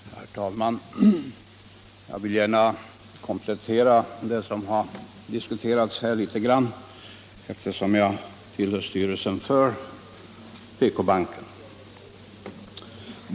Herr talman! Jag vill gärna komplettera den här diskussionen, eftersom jag tillhör styrelsen för PK-banken.